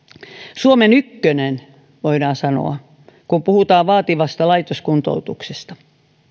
suomen ykkönen voidaan sanoa kun puhutaan vaativasta laitoskuntoutuksesta